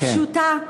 פשוטה,